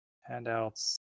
Handouts